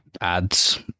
ads